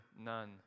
none